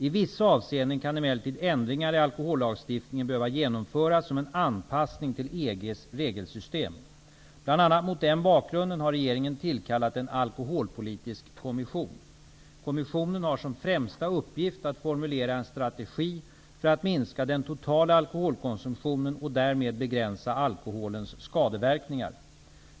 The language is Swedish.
I vissa avseenden kan emellertid ändringar i alkohollagstiftningen behöva genomföras som en anpassning till EG:s regelsystem. Bland annat mot den bakgrunden har regeringen tillkallat en alkoholpolitisk kommission. Kommissionen har som främsta uppgift att formulera en strategi för att minska den totala alkoholkonsumtionen och därmed begränsa alkoholens skadeverkningar.